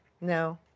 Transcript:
No